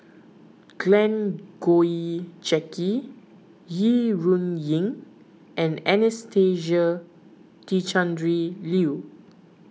Glen Goei Jackie Yi Ru Ying and Anastasia Tjendri Liew